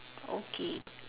okay